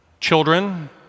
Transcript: children